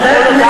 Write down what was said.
יכול אדם,